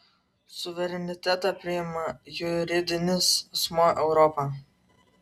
suverenitetą priima juridinis asmuo europa